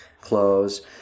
clothes